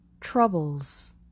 Troubles